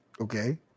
Okay